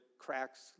cracks